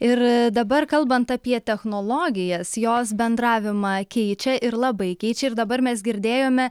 ir dabar kalbant apie technologijas jos bendravimą keičia ir labai keičia ir dabar mes girdėjome